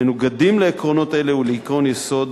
מנוגדים לעקרונות האלה ולעקרון יסוד,